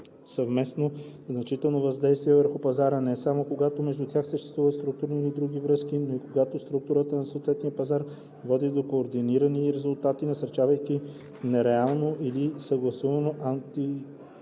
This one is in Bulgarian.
съвместно значително въздействие върху пазара не само когато между тях съществуват структурни или други връзки, но и когато структурата на съответния пазар води до координирани резултати, насърчавайки паралелно или съгласувано